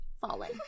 falling